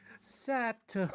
Set